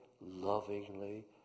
lovingly